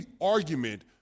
argument